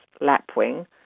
lapwing